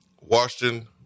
Washington